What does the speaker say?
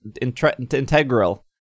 integral